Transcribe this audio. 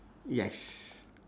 yes